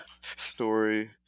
story